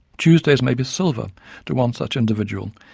tuesdays may be silver to one such individual,